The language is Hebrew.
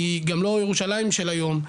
היא גם לא ירושלים של היום,